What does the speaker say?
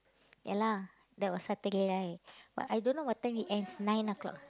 ya lah that was Saturday right but I don't know what time it ends nine O-clock ah